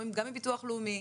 גם ביטוח לאומי,